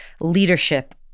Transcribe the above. leadership